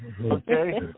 Okay